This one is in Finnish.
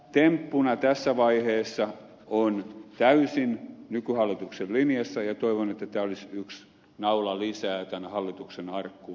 tämä temppuna tässä vaiheessa on täysin nykyhallituksen linjassa ja toivon että tämä olisi yksi naula lisää tämän hallituksen arkkuun